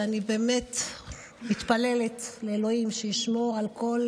ואני באמת מתפללת לאלוהים שישמור על כל